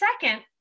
Second